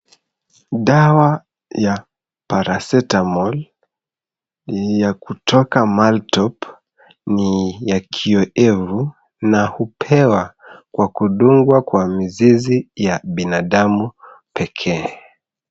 Dawa ya Paracetamol ya kutoka Maltop ni ya kiowevu, na hupewa kwa kudungwa kwa mizizi ya binadamu pekee.